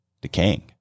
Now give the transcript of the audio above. decaying